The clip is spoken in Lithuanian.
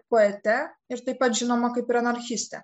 poete ir taip pat žinoma kaip ir anarchistė